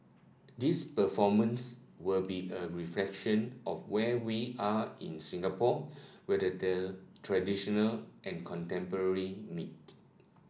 these performances will be a reflection of where we are in Singapore where the traditional and contemporary meet